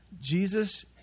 Jesus